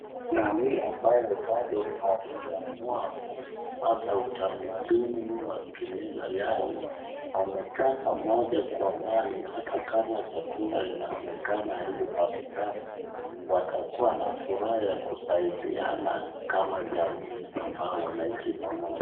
Jamii ambayo bado wameamua kupata utamaduni wa kimila yao wamekaa pamoja kwa amani ata kama chakula inaonekana haiezi patikana, watakua na furaha ya kusaidiana kama jamii ambao wanaishi pamoja.